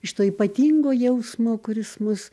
iš to ypatingo jausmo kuris mus